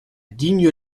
digne